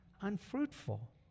unfruitful